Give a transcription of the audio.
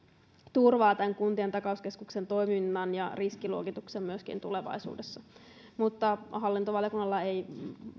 turvaa tämän kuntien takauskeskuksen toiminnan ja riskiluokituksen myöskin tulevaisuudessa hallintovaliokunnalla ei ole